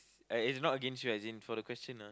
uh it's not against you as in for the question ah